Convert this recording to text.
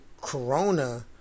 Corona